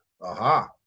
Aha